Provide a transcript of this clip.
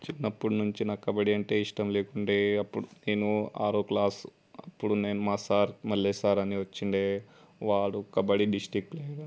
చిన్నప్పటి నుంచి నాకు కబడ్డీ అంటే ఇష్టం లేకుండేది అప్పుడు నేను ఆరవ క్లాస్ అప్పుడు నేను మా సార్ మల్లేశ్ సార్ అని వచ్చుండే వాడు కబడ్డీ డిస్ట్రిక్ట్ ప్లేయర్